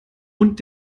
und